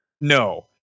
No